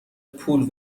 پول